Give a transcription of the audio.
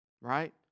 right